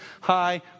high